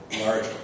large